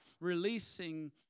releasing